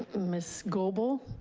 ms. gobel,